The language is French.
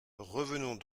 revenons